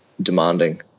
demanding